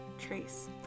trace